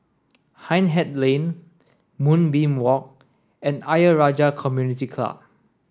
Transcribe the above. Hindhede Lane Moonbeam Walk and Ayer Rajah Community Club